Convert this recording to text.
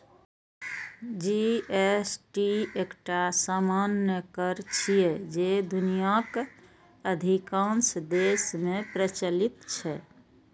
GST एकटा सामान्य कर छियै, जे दुनियाक अधिकांश देश मे प्रचलित छै